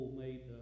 made